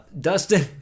Dustin